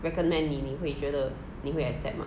recommend 你会觉得你会 accept mah